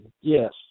yes